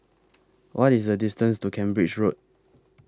What IS The distance to Cambridge Road